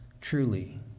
truly